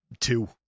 two